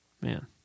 Man